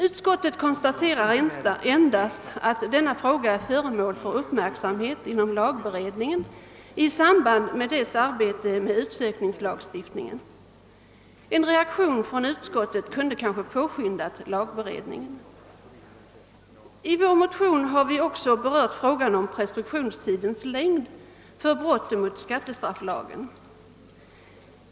Utskottet konstaterar endast att denna fråga är föremål för uppmärksamhet inom lagberedningen i samband med dess arbete med utsökningslagstiftningen. En reaktion från utskottet kunde kanske ha skyndat på lagberedningen. I vår motion har vi också berört frågan om preskriptionstiden för brott mot skattestrafflagen.